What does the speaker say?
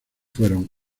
fueron